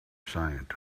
scientist